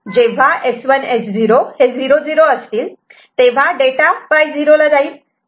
जेव्हा S1 S0 0 0 असेल तेव्हा डेटा Y0 ला जाईल